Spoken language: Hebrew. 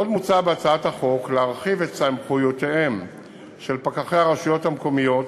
עוד מוצע בהצעת החוק להרחיב את סמכויותיהם של פקחי הרשויות המקומיות,